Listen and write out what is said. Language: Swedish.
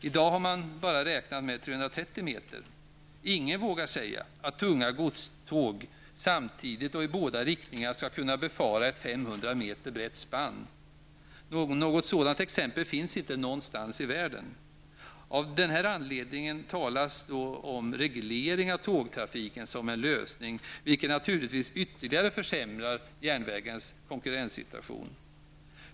I dag har man bara räknat med 330 meter. Ingen vågar säga att tunga godståg samtidigt och i båda riktningar skall kunna befara ett 500 meter brett spann. Något sådant exempel finns inte någonstans i världen. Av denna anledning talas det om reglering av tågtrafiken som en lösning, vilken naturligtvis ytterligare försämrar järnvägens konkurrenssituation.